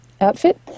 outfit